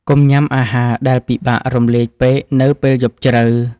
កុំញ៉ាំអាហារដែលពិបាករំលាយពេកនៅពេលយប់ជ្រៅ។